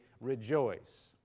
rejoice